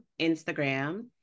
Instagram